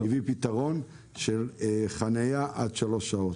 הוא הביא פתרון של חניה עד שלוש שעות.